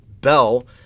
Bell